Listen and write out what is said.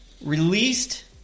Released